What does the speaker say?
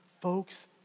Folks